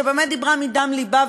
שבאמת דיברה מדם לבה,